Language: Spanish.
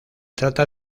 trata